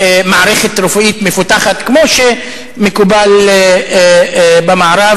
מערכת רפואית מפותחת כמו שמקובל במערב,